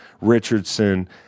Richardson